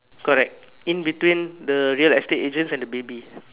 correct in between the real estate agents and the baby